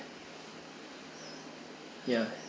ya